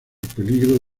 peligro